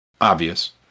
obvious